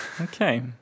Okay